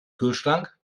kühlschrank